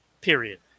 period